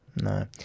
no